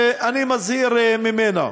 שאני מזהיר ממנה.